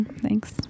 Thanks